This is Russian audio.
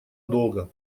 долго